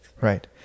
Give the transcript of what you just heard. Right